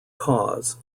cause